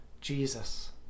Jesus